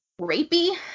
rapey